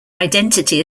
identity